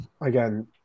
Again